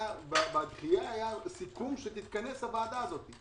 היה סיכום שתתכנס הוועדה הזאת.